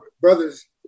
brothers